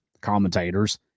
commentators